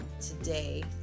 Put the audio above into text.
today